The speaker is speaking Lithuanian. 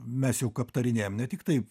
mes juk aptarinėjam ne tiktai